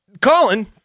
Colin